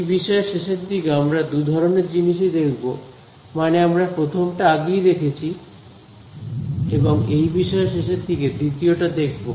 এই বিষয়ের শেষের দিকে আমরা দু ধরনের জিনিসই দেখব মানে আমরা প্রথমটা আগেই দেখেছি এবং এই বিষয়ের শেষের দিকে দ্বিতীয়টা দেখব